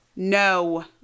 No